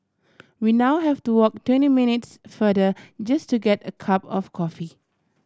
we now have to walk twenty minutes farther just to get a cup of coffee